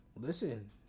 listen